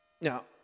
Now